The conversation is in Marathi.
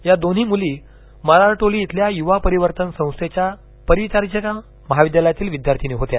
या दोन्ही मुली मरारटोली इथल्या गुवा परिवर्तन संस्थेच्या परिचारिका महाविद्यालयातील विद्यार्थिनी होत्या